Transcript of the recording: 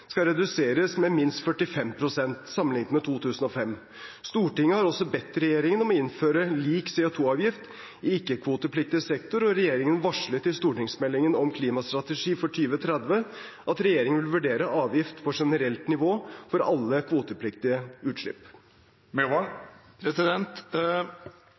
skal reduseres med minst 45 pst. sammenlignet med 2005. Stortinget har også bedt regjeringen om å innføre lik CO 2 -avgift i ikke-kvotepliktig sektor, og regjeringen varslet i stortingsmeldingen Klimastrategi for 2030 at regjeringen vil vurdere avgift på generelt nivå for alle